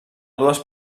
dues